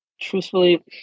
truthfully